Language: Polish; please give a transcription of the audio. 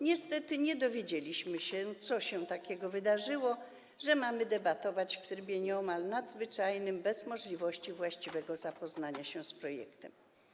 Niestety nie dowiedzieliśmy się, co się takiego wydarzyło, że mamy debatować w trybie nieomal nadzwyczajnym, bez możliwości właściwego zapoznania się z projektem.